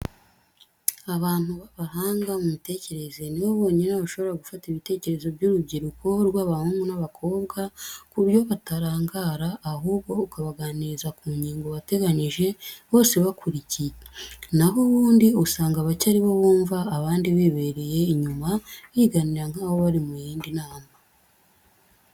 Abantu b'abahanga mu mitekerereze ni bo bonyine bashobora gufata ibitekerezo by'urubyiruko rw'abahungu n'abakobwa ku buryo batarangara, ahubwo ukabaganiriza ku ngingo wateganyije bose bakurikiye, na ho ubundi usanga bake ari bo bumva abandi bibereye inyuma biganirira nkaho bari mu yindi nama.